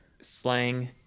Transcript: slang